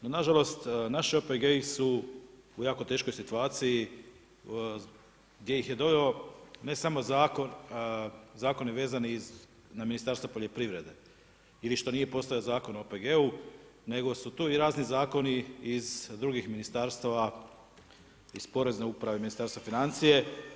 No na žalost, naši OPG-i su u jako teškoj situaciji gdje ih je doveo ne samo zakon, zakoni vezani na Ministarstvo poljoprivrede, ili što nije postojao zakon o OPG-u nego su to i razni zakoni iz drugih ministarstava iz Porezne uprave, Ministarstva financija.